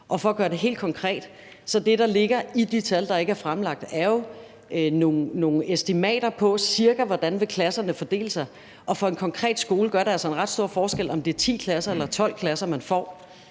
Og for at gøre det helt konkret: Det, der ligger i de tal, der ikke er fremlagt, er jo nogle estimater af, cirka hvordan klasserne vil fordele sig. Og for en konkret skole gør det altså en ret stor forskel, om det er 10 klasser eller 12 klasser, man får.